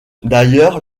d’ailleurs